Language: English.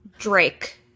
Drake